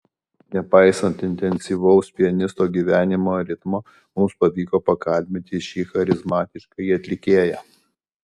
nepaisant intensyvaus pianisto gyvenimo ritmo mums pavyko pakalbinti šį charizmatiškąjį atlikėją